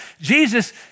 Jesus